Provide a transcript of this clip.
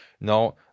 Now